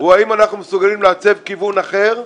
היא: האם אנחנו מסוגלים לייצר כיוון אחר,